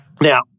Now